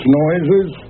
noises